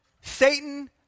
Satan